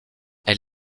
elle